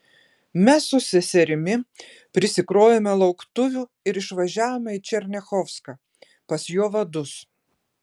mes su seserimi prisikrovėme lauktuvių ir išvažiavome į černiachovską pas jo vadus